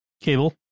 Cable